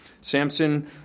Samson